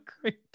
great